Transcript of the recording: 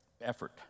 effort